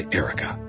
erica